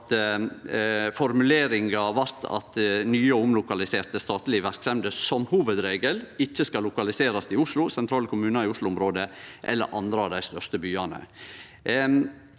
formuleringa blei at nye og omlokaliserte statlege verksemder som hovudregel ikkje skal lokaliserast i Oslo, sentrale kommunar i Oslo-området eller andre av dei største byane.